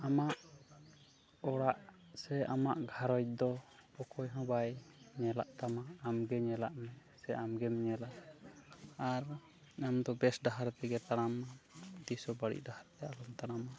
ᱟᱢᱟᱜ ᱚᱲᱟᱜ ᱥᱮ ᱟᱢᱟᱜ ᱜᱷᱟᱨᱚᱸᱡᱽ ᱫᱚ ᱚᱠᱚᱭᱦᱚᱸ ᱵᱟᱭ ᱧᱮᱞᱟᱜ ᱛᱟᱢᱟ ᱟᱢᱜᱮ ᱧᱮᱞᱟᱜ ᱢᱮ ᱥᱮ ᱟᱢᱜᱮᱢ ᱧᱮᱞᱟ ᱟᱨ ᱟᱢᱫᱚ ᱵᱮᱥ ᱰᱟᱦᱟᱨ ᱛᱮᱜᱮ ᱛᱟᱲᱟᱢᱟᱢ ᱛᱤᱥ ᱦᱚᱸ ᱵᱟᱹᱲᱤᱡ ᱰᱟᱦᱟᱨ ᱛᱮ ᱟᱞᱚᱢ ᱛᱟᱲᱟᱢᱟ